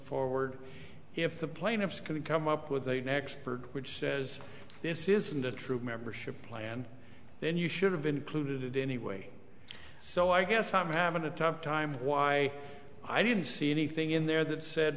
forward if the plaintiffs could come up with an expert which says this isn't a true membership plan then you should have included anyway so i guess i'm having a tough time why i didn't see anything in there that said